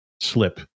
slip